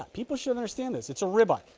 people should understand that it's a rabbi.